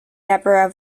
deborah